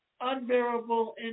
unbearable